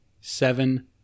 seven